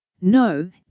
no